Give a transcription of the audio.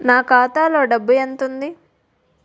నా ఖాతాలో డబ్బు ఎంత ఉంది?